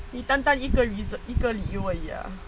你单单一个理由而已 ah